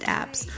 apps